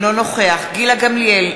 אינו נוכח גילה גמליאל,